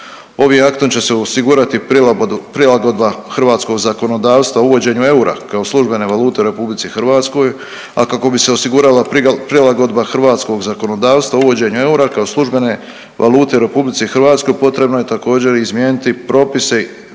Ovim aktom će se osigurati prilagodba hrvatskog zakonodavstva uvođenju eura kao službene valute u RH, a kako bi se osigurala prilagodba hrvatskog zakonodavstva uvođenja eura kao službene valute u RH potrebno je također izmijeniti propise